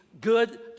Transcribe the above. good